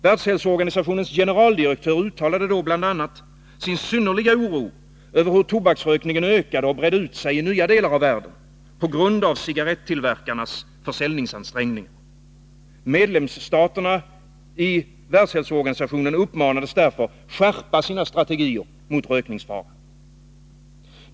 Världshälsoorganisationens generaldirektör uttalade då bl.a. sin synnerliga oro över hur tobaksrökningen ökade och bredde ut sig i nya delar av världen på grund av cigarettillverkarnas försäljningsansträngningar. Medlemsstaterna i Världshälsoorganisationen uppmanades därför att skärpa sina strategier mot rökningsfaran.